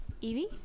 Evie